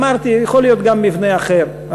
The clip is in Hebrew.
אמרתי, יכול להיות גם מבנה אחר.